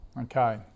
Okay